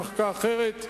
למחלקה אחרת,